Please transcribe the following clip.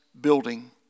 building